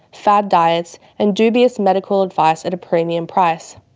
fad diets and dubious medical advice at a premium price.